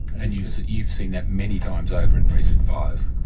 and you've you've seen that many times over in recent fires?